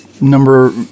number